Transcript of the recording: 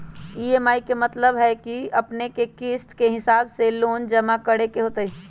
EMI के मतलब है कि अपने के किस्त के हिसाब से लोन जमा करे के होतेई?